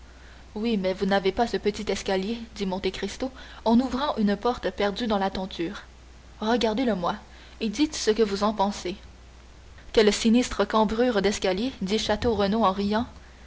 oui mais vous n'avez pas ce petit escalier dit monte cristo en ouvrant une porte perdue dans la tenture regardez le moi et dites ce que vous en pensez quelle sinistre cambrure d'escalier dit château renaud en riant